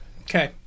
Okay